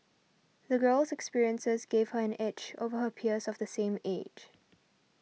the girl's experiences gave her an edge over her peers of the same age